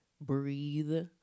breathe